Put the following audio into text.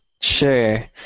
Sure